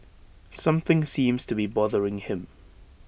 something seems to be bothering him